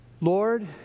Lord